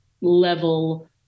level